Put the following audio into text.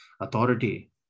authority